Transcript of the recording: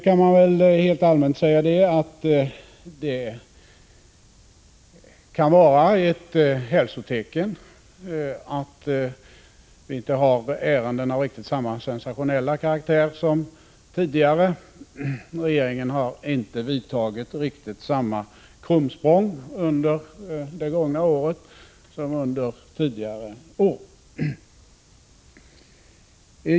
Man kan väl allmänt säga att det kan vara ett hälsotecken att vi inte har ärenden av samma sensationella karaktär som tidigare. Regeringen har inte gjort riktigt samma krumsprång under det gångna året som under tidigare år.